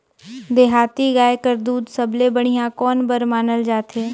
देहाती गाय कर दूध सबले बढ़िया कौन बर मानल जाथे?